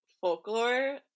folklore